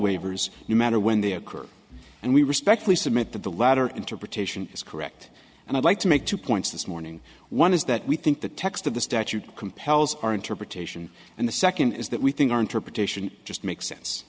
waivers no matter when they occur and we respectfully submit that the latter interpretation is correct and i'd like to make two points this morning one is that we think the text of the statute compels our interpretation and the second is that we think our interpretation just makes sense